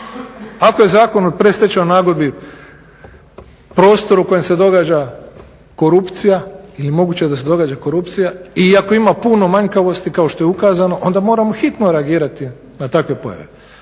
Ako je Zakon o predstečajnoj nagodbi prostor u kojem se događa korupcija ili moguće da se događa korupcija i ako ima puno manjkavosti kao što je ukazano, onda moramo hitno reagirati na takve pojave.